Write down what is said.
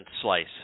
slice